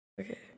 okay